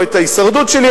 או את ההישרדות שלי,